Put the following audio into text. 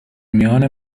میان